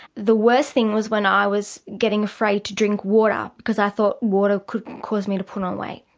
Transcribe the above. the worst thing was when i was getting afraid to drink water because i thought water could cause me to put on weight.